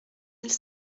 mille